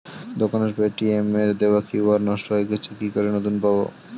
দোকানের পেটিএম এর দেওয়া কিউ.আর নষ্ট হয়ে গেছে কি করে নতুন করে পাবো?